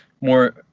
more